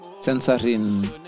censoring